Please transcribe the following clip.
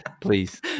Please